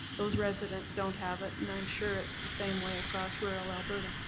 those residents don't have it, and i'm sure it's the same way across rural alberta.